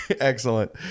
excellent